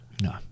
no